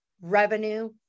revenue